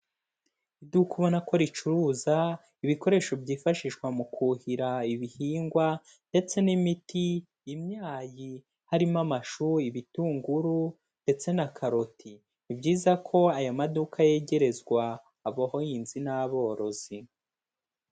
Iduka ubona ko ricuruza ibikoresho byifashishwa mu kuhira ibihingwa ndetse n'imiti, imyayi harimo amashu, ibitunguru ndetse na karoti, ni byiza ko aya maduka yegerezwa abahinzi n'aborozi.